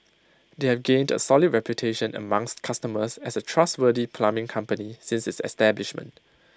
they have gained A solid reputation amongst customers as A trustworthy plumbing company since its establishment